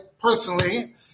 personally